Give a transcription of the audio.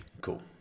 cool